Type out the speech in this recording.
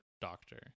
Doctor